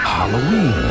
Halloween